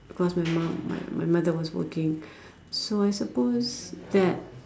because my mum my my mother was working so I suppose that